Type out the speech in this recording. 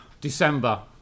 December